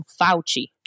Fauci